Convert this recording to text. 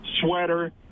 sweater